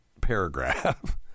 paragraph